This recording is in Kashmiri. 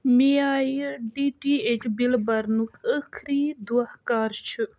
میارِ ڈی ٹی ایٚچ بِلہٕ برنُک ٲخٕری دۄہ کر چھُ